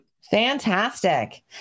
Fantastic